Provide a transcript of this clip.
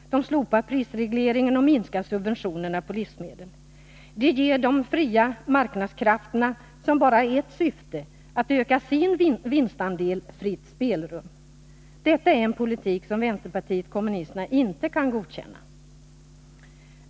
Man slopar prisregleringen och minskar subventionerna på livsmedel. Därmed ger man de fria marknadskrafterna, som bara har till syfte att öka sin egen vinstandel, fritt spelrum. Det är en politik som vänsterpartiet kommunisterna inte kan godkänna.